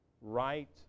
right